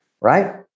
Right